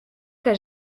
que